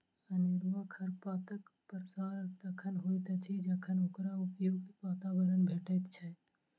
अनेरूआ खरपातक प्रसार तखन होइत अछि जखन ओकरा उपयुक्त वातावरण भेटैत छै